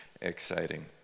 exciting